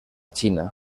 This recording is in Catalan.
xina